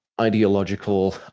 ideological